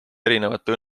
erinevate